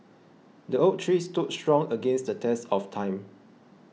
the oak tree stood strong against the test of time